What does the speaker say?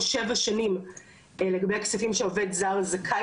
או שבע שנים לגבי הכספים שעובד זר זכאי